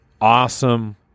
awesome